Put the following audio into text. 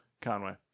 Conway